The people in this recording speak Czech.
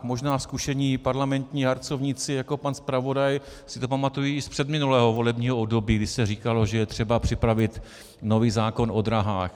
Možná zkušení parlamentní harcovníci jako pan zpravodaj si to pamatují i z předminulého volebního období, kdy se říkalo, že je třeba připravit nový zákon o dráhách.